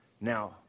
Now